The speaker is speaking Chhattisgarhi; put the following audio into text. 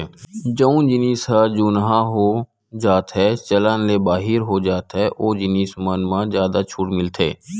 जउन जिनिस ह जुनहा हो जाथेए चलन ले बाहिर हो जाथे ओ जिनिस मन म जादा छूट मिलथे